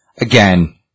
again